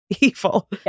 evil